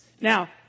Now